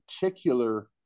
particular